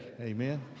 amen